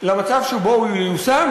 על מצב שבו הוא ייושם,